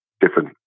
different